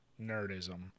nerdism